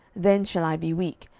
then shall i be weak,